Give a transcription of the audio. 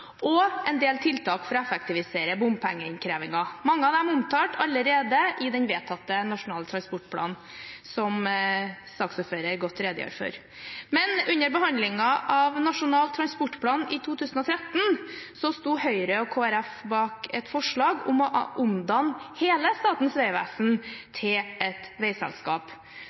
og en del tiltak for å effektivisere bompengeinnkrevingen. Mange av dem er omtalt allerede i den vedtatte Nasjonal transportplan, som saksordføreren redegjorde godt for. Under behandlingen av Nasjonal transportplan i 2013 sto Høyre og Kristelig Folkeparti bak et forslag om å omdanne hele Statens vegvesen